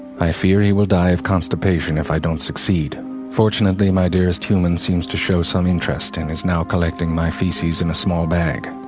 i fear he will die of constipation if don't succeed fortunately my dearest human seems to show some interest and is now collecting my feces in a small bag.